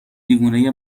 دیوونه